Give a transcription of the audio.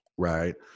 Right